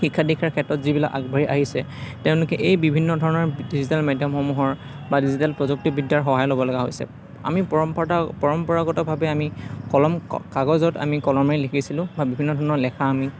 শিক্ষা দীক্ষাৰ ক্ষেত্ৰত যিবিলাক আগবাঢ়ি আহিছে তেওঁলোকে এই বিভিন্ন ধৰণৰ ডিজিটেল মাধ্যমসমূহৰ বা ডিজিটেল প্ৰযুক্তিবিদ্যাৰ সহায় ল'ব লগা হৈছে আমি পৰম্পতা পৰম্পৰাগতভাৱে আমি কলম কাগজত আমি কলমে লিখিছিলোঁ বা বিভিন্ন ধৰণৰ লেখা আমি